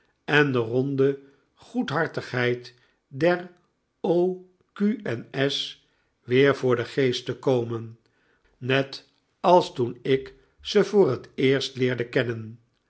en de ronde goedhartigheid der o q en s weer yoor den geest te komen net als toen ik ze voor het eerst leerde kennen